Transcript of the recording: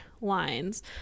lines